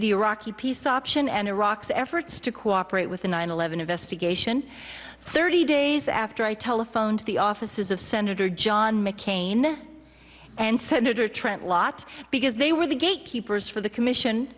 the iraqi peace option and iraq's efforts to cooperate with the nine eleven investigation thirty days after i telephoned the offices of senator john mccain and senator trent lott because they were the gatekeepers for the commission